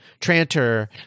Tranter